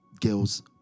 girls